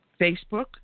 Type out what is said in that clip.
Facebook